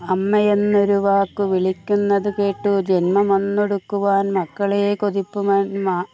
അമ്മയെന്നൊരു വാക്കു വിളിക്കുന്നതു കേട്ടു ജന്മമെന്തെടുക്കുവാൻ മക്കളേ കൊതിപ്പൂ ഞാൻ അമ്മ